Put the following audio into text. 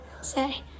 say